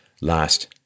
last